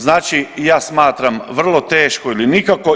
Znači ja smatram vrlo teško ili nikako.